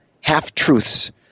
half-truths